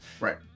right